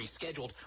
rescheduled